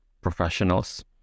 professionals